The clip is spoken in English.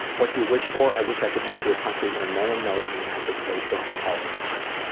what do you wish for? i wish i could move to a country where no one knows me and i could stay drunk all the time.